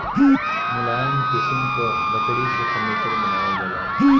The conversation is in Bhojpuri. मुलायम किसिम क लकड़ी से फर्नीचर बनावल जाला